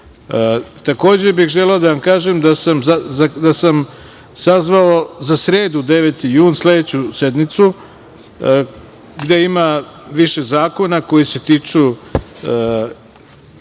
biti. Takođe bih želeo da vam kažem da sam sazvao za sredu 9. jun sledeću sednicu, gde ima više zakona koji se tiču